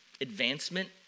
advancement